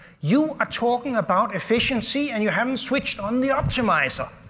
you are talking about efficiency and you haven't switched on the optimizer.